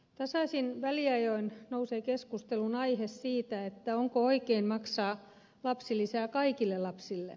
tasaisin väliajoin nousee keskustelunaihe siitä onko oikein maksaa lapsilisää kaikille lapsille